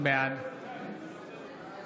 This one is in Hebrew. בעד